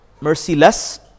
merciless